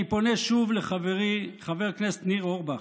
אני פונה שוב לחברי חבר הכנסת ניר אורבך: